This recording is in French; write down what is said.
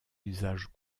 usages